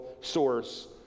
source